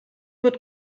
wird